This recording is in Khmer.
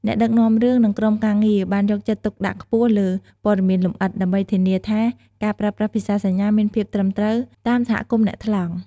អ្នកដឹកនាំរឿង និងក្រុមការងារបានយកចិត្តទុកដាក់ខ្ពស់លើព័ត៌មានលម្អិត ដើម្បីធានាថាការប្រើប្រាស់ភាសាសញ្ញាមានភាពត្រឹមត្រូវ តាមសហគមន៍អ្នកថ្លង់ ។